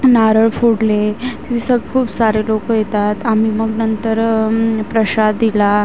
नारळ फोडले तिथं खूप सारे लोकं येतात आम्ही मग नंतर प्रसाद दिला